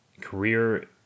career